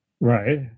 Right